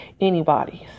anybody's